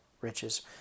riches